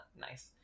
nice